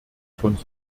von